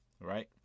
right